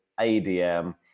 ADM